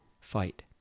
fight